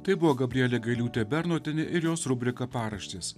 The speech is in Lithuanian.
tai buvo gabrielė gailiūtė bernotienė ir jos rubrika paraštės